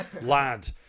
Lad